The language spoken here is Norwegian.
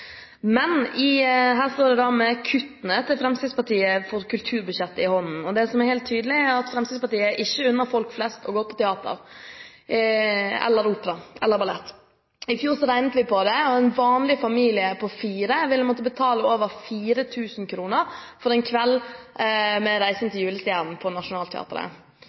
er helt tydelig, er at Fremskrittspartiet ikke unner folk flest å gå på teater, opera eller ballett. I fjor regnet vi på det, og en vanlig familie på fire ville måttet betale over 4 000 kr for en kveld med Reisen til julestjernen på Nationaltheatret.